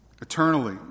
Eternally